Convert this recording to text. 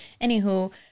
Anywho